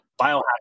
biohacking